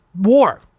war